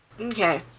Okay